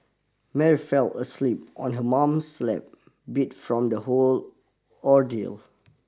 Mary fell asleep on her mom's lap beat from the whole ordeal